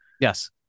Yes